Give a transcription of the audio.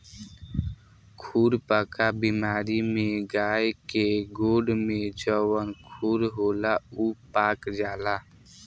खुरपका बेमारी में गाय के गोड़ में जवन खुर होला उ पाक जाला